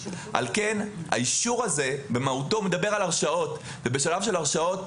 על כן האישור הזה במהותו מדבר על הרשעות ובשלב של הרשעות,